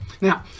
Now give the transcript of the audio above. Now